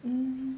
mm